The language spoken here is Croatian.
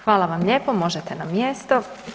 Hvala vam lijepo, možete na mjesto.